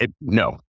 No